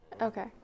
okay